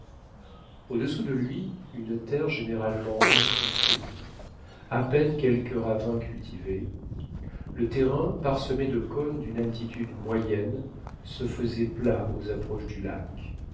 au-dessous de lui une terre généralement effritée à peine quelques ravins cultivés le terrain parsemé de cônes d'une altitude moyenne se faisait plat aux approches du lac